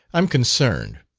i'm concerned,